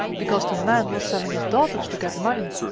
because the man was selling his daughters to get money.